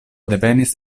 devenis